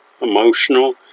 emotional